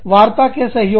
वार्ता के सहयोगी